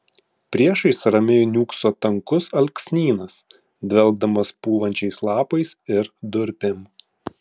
priešais ramiai niūkso tankus alksnynas dvelkdamas pūvančiais lapais ir durpėm